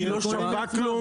היא לא שווה כלום.